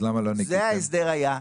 זה ההסדר היה.